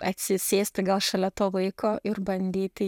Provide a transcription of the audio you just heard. atsisėsti gal šalia to vaiko ir bandyti